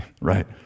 Right